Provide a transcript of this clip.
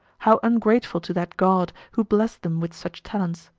how ungrateful to that god, who blessed them with such talents!